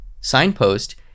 signpost